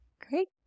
Great